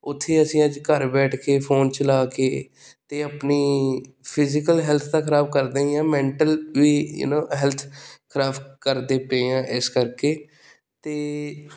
ਉੱਥੇ ਅਸੀਂ ਅੱਜ ਘਰ ਬੈਠ ਕੇ ਫੋਨ ਚਲਾ ਕੇ ਅਤੇ ਆਪਣੀ ਫਿਜੀਕਲ ਹੈਲਥ ਤਾਂ ਖਰਾਬ ਕਰਦੇ ਹੀ ਹਾਂ ਮੈਂਟਲ ਵੀ ਨਾ ਹੈਲਥ ਖਰਾਬ ਕਰਦੇ ਪਏ ਹਾਂ ਇਸ ਕਰਕੇ ਅਤੇ